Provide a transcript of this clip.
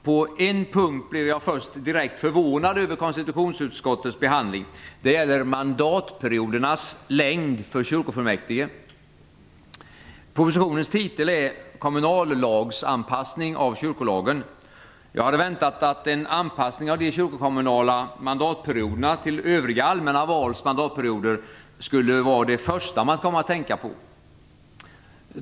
På en punkt blev jag först direkt förvånad över konstitutionsutskottets behandling. Det gäller mandatperiodernas längd för kyrkofullmäktige. Propositionens titel är Kommunallagsanpassning av kyrkolagen. Jag hade väntat att en anpassning av de kyrkokommunala mandatperioderna till övriga allmänna vals mandatperioder skulle vara det första man kom att tänka på.